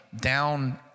down